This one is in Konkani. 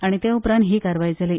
आनी ते उपरांत ही कारवाय जाली